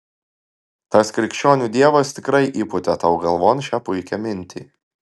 tas krikščionių dievas tikrai įpūtė tau galvon šią puikią mintį